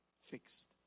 fixed